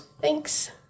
Thanks